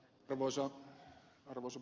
arvoisa puhemies